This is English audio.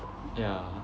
yeah